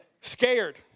Scared